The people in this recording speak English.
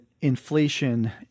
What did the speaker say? inflation